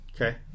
okay